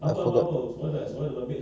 tubuh ada dengan siapa ah tu